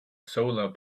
solar